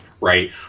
right